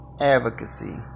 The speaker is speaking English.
advocacy